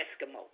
Eskimo